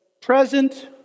present